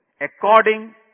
According